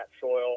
soil